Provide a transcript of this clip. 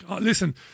Listen